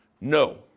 No